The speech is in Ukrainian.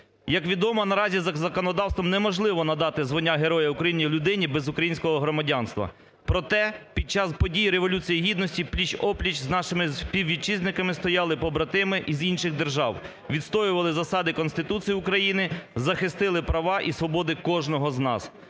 Як відомо, наразі законодавством неможливо надати звання Героя України людині без українського громадянства. Проте, під час подій Революції гідності пліч-о-пліч з нашими співвітчизниками стояли побратими із інших держав, відстоювали засади Конституції України, захистили права і свободи кожного з нас.